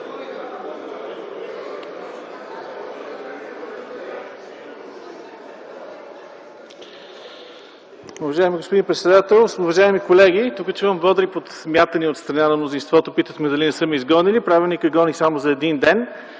Уважаема госпожо председател, уважаеми колеги! Тук чувам бодри подмятания от страна на мнозинството – питат ме дали не са ме изгонили. Правилникът гони само за един ден.